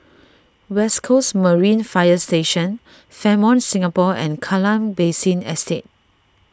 West Coast Marine Fire Station Fairmont Singapore and Kallang Basin Estate